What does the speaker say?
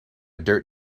dirt